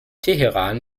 teheran